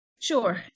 Sure